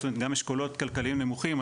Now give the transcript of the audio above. זאת אומרת גם אשכולות כלכליים נמוכים,